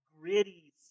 gritty